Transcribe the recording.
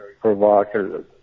provocative